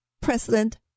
president